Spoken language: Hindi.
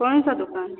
कौन सा दुकान